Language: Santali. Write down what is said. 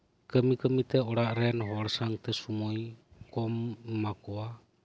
ᱠᱟᱹᱢᱤ ᱠᱟᱹᱢᱤᱛᱮ ᱚᱲᱟᱜ ᱨᱮᱱ ᱦᱚᱲ ᱥᱟᱶᱛᱮ ᱥᱚᱢᱚᱭ ᱠᱚᱢ ᱮᱢᱟ ᱠᱚᱣᱟ